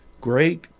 great